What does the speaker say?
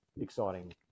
exciting